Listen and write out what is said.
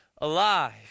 alive